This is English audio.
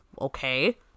Okay